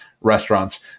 restaurants